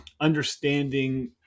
understanding